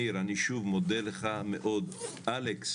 מאיר, אני שוב מודה לך מאוד, אלכס